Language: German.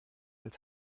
als